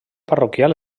parroquial